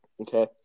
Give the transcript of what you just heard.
Okay